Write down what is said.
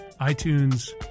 iTunes